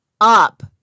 up